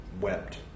wept